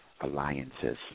alliances